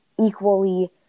equally –